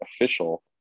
official